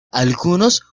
algunos